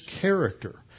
character